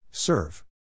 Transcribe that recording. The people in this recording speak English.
Serve